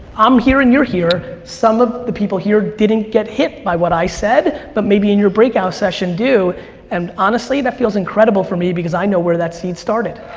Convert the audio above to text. i'm here and you're here. some of the people here didn't get hit by what i said but maybe in your breakout session do and honestly that feels incredible for me because i know where that seed started.